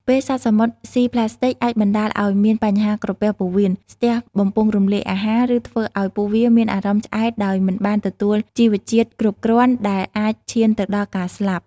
ពេលសត្វសមុទ្រសុីប្លាស្ទិកអាចបណ្តាលឱ្យមានបញ្ហាក្រពះពោះវៀន ស្ទះបំពង់រំលាយអាហារ ឬធ្វើឱ្យពួកវាមានអារម្មណ៍ឆ្អែតដោយមិនបានទទួលជីវជាតិគ្រប់គ្រាន់ ដែលអាចឈានទៅដល់ការស្លាប់។